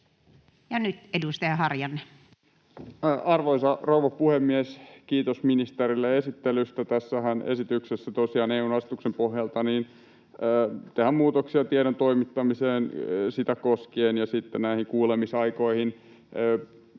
Content: Arvoisa rouva puhemies! Kiitos ministerille esittelystä. Tässä esityksessähän tosiaan EU:n asetuksen pohjalta tehdään muutoksia tiedon toimittamiseen ja kuulemisaikoihin.